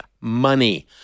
money